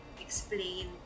explain